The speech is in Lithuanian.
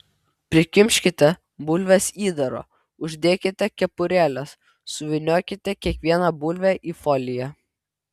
prikimškite bulves įdaro uždėkite kepurėles suvyniokite kiekvieną bulvę į foliją